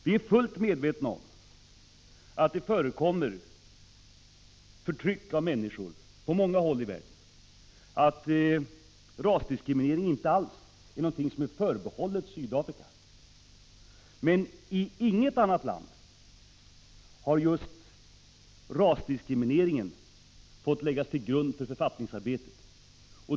Vi är fullt medvetna om att det förekommer förtryck av människor på många håll i världen och att rasdiskriminering inte alls är något som är förbehållet Sydafrika. Men i inget annat land har just rasdiskriminering lagts till grund för författningen.